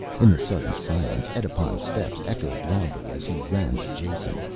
in the sudden silence edipon's steps echoed loudly as he ran to jason,